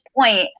point